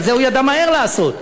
את זה הוא ידע לעשות מהר.